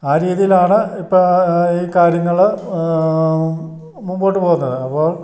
ആ രീതിയിലാണ് ഇപ്പോൾ ഈ കാര്യങ്ങൾ മുമ്പോട്ടു പോകുന്നത് അപ്പോൾ